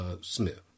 Smith